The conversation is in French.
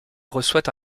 reçoit